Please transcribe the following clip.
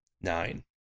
Nine